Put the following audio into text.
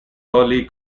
early